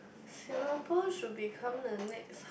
Singapore should become the next